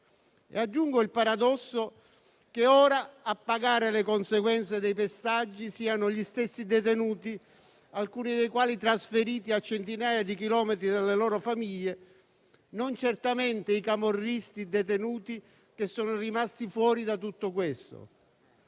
E aggiungo il paradosso che ora a pagare le conseguenze dei pestaggi siano gli stessi detenuti, alcuni dei quali trasferiti a centinaia di chilometri dalle loro famiglie, non certamente i camorristi detenuti che sono rimasti fuori da tutto questo.